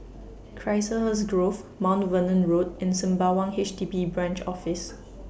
Chiselhurst Grove Mount Vernon Road and Sembawang H D B Branch Office